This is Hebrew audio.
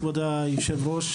כבוד היושב-ראש,